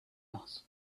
asked